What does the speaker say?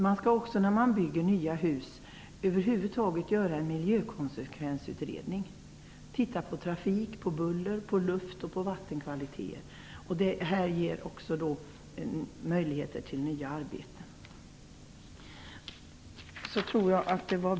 En miljökonsekvensutredning skall göras inför byggandet av nya hus, dvs. titta på trafik, buller, luft och vattenkvalitet. Detta ger också möjligheter till nya arbetstillfällen.